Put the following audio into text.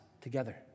together